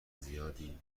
زیادی